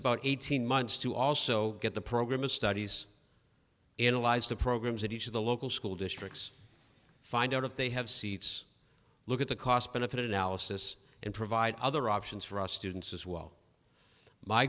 about eighteen months to also get the program of studies analyzed the programs that each of the local school districts find out if they have seats look at the cost benefit analysis and provide other options for us didn't says well my